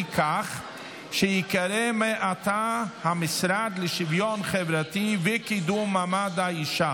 כך שייקרא מעתה המשרד לשוויון חברתי וקידום מעמד האישה.